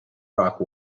rock